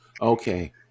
Okay